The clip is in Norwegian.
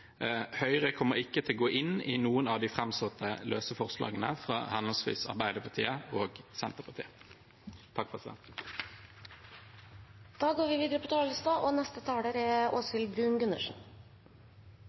Høyre kommer ikke til å gå inn i noen av disse framsatte forslagene fra henholdsvis Arbeiderpartiet og Senterpartiet.